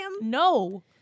no